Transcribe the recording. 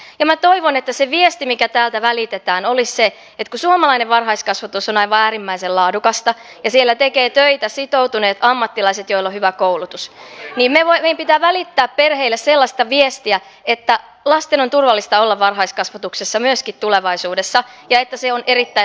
ja minä toivon että se viesti mikä täältä välitetään olisi se että kun suomalainen varhaiskasvatus on aivan äärimmäisen laadukasta ja siellä tekevät töitä sitoutuneet ammattilaiset joilla on hyvä koulutus niin meidän pitää välittää perheille sellaista viestiä lasten on turvallista olla varhaiskasvatuksessa myöskin tulevaisuudessa ja se on erittäin laadukasta